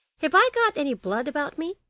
have i got any blood about me?